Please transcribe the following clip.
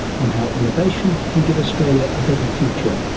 on how innovation can give australia a better future.